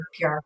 PR